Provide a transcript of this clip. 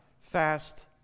fast